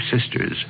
sisters